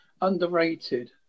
underrated